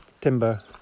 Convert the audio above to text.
timber